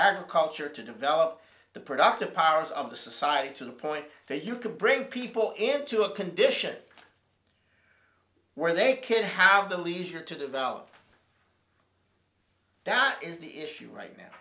our culture to develop the productive powers of the society to the point where you could bring people into a condition where they could have the leisure to develop that is the issue right now